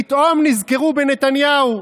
פתאום נזכרו בנתניהו,